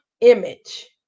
image